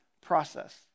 process